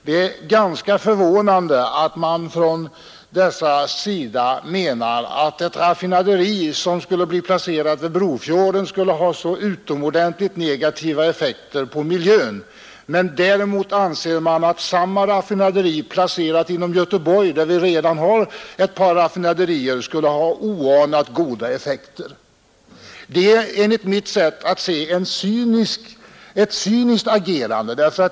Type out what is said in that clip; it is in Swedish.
Det är ganska förvånande att dessa anser att ett raffinaderi som skulle bli placerat vid Brofjorden skulle ha utomordentligt negativa effekter på miljön, medan däremot samma raffinaderi placerat inom Göteborg — där vi redan har ett par raffinaderier — skulle ha oanat goda effekter. Det är enligt mitt sätt att se ett cyniskt agerande.